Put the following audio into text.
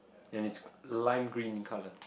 and it's lime green in colour